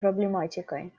проблематикой